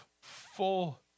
full